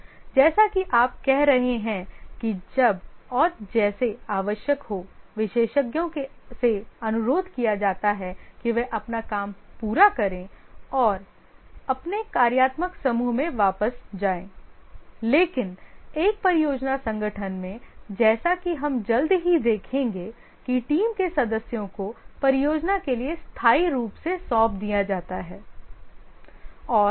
जैसा कि आप कह रहे हैं कि जब और जैसे आवश्यक हो विशेषज्ञों से अनुरोध किया जाता है कि वे अपना काम पूरा करें और अपने कार्यात्मक समूह में वापस जाएं लेकिन एक परियोजना संगठन में जैसा कि हम जल्द ही देखेंगे कि टीम के सदस्यों को परियोजना के लिए स्थायी रूप से सौंप दीया जाता है